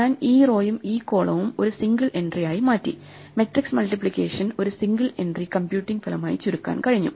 ഞാൻ ഈ റോയും ഈ കോളവും ഒരു സിംഗിൾ എൻട്രി ആയി മാറ്റി മെട്രിക്സ് മൾട്ടിപ്ലികേഷൻ ഒരു സിംഗിൾ എൻട്രി കമ്പ്യൂട്ടിങ് ഫലമായി ചുരുക്കാൻ കഴിഞ്ഞു